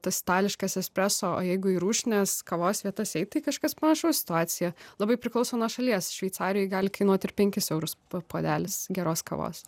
tas itališkas espreso jeigu į rūšinės kavos vietas eit tai kažkas panašaus situacija labai priklauso nuo šalies šveicarijoj gali kainuot ir penkis eurus puodelis geros kavos